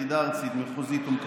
יש לי פה שמונה עמודים,